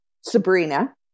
Sabrina